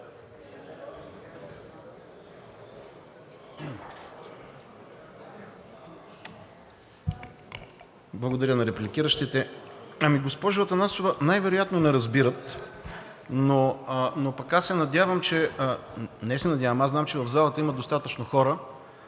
Благодаря на репликиращите. Госпожо Атанасова, най-вероятно не разбират, но пък аз се надявам, не се надявам, аз знам, че в залата има достатъчно хора